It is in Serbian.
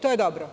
To je dobro.